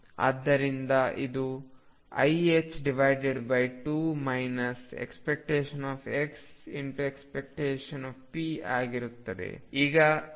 ಆದ್ದರಿಂದ ಇದು iℏ2 ⟨x⟩⟨p⟩ ಆಗುತ್ತದೆ